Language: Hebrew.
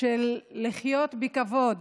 של לחיות בכבוד